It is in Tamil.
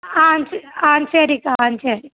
ஆ சே ஆ சரிக்கா ஆ சரி